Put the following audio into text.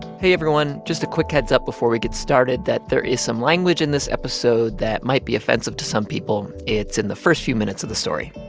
hey, everyone, just a quick heads up before we get started that there is some language in this episode that might be offensive to some people. it's in the first few minutes of the story.